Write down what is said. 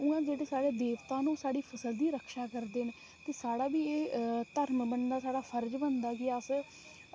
उंआ ओह् जडेह्ड़े साढ़े देवता न ओह् साढ़ी फसल दी रक्षा करदे न ते साढ़ा बी एह् धर्म बनदा फर्ज बनदा कि अस